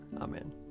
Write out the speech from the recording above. Amen